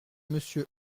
monsieur